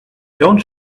don’t